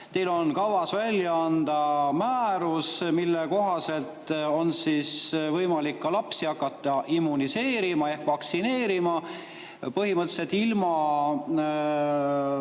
teil on kavas välja anda määrus, mille kohaselt on võimalik ka lapsi hakata immuniseerima ehk vaktsineerima põhimõtteliselt ilma